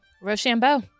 Rochambeau